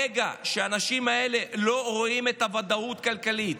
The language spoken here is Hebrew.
ברגע שהאנשים האלה לא רואים ודאות כלכלית